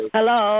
Hello